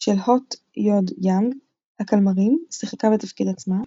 של HOT VOD Young "הקלמרים" שיחקה בתפקיד עצמה.